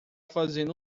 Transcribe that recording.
fazendo